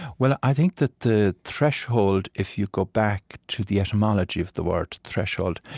well, i think that the threshold if you go back to the etymology of the word threshold,